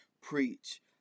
preach